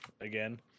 again